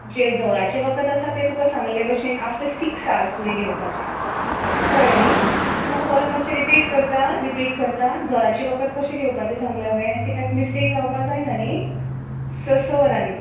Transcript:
जें जोराचें वखद आसा तें तुका सांगले भशेन आफ्टर सिक्स अवर्स तुवें घेवपाचें कळ्ळें न्ही सो म्हाका परत मात्शें रिपीट करता रिपीट करता जोराचें वखद कशें घेवपाचें सांगलां हांवें कारण मिस्टेक जावपाक जायना न्ही स स वरांनी